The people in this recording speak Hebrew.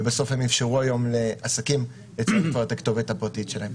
ובסוף הם אפשרו לעסקים לצרף את הכתובת הפרטית שלהם.